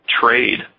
trade